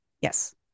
Yes